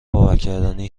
باورنکردنی